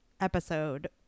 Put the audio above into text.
episode